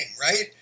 right